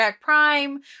Prime